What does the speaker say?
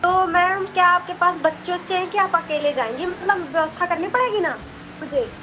तो मैम क्या आपके पास बच्चे वच्चे हैं की आप अकेले जायेंगी मतलब व्यवस्था करनी पड़ेगी न मुझे